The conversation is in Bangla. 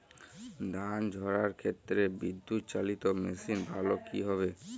ধান ঝারার ক্ষেত্রে বিদুৎচালীত মেশিন ভালো কি হবে?